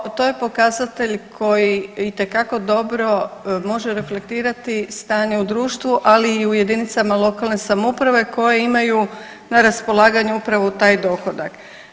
Da, upravo to je pokazatelj koji itekako dobro može reflektirati stanje u društvu, ali i u jedinicama lokalne samouprave koje imaju na raspolaganju upravo taj dohodak.